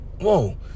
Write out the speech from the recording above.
whoa